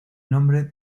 nombre